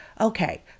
Okay